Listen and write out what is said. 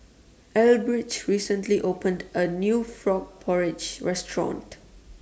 Elbridge recently opened A New Frog Porridge Restaurant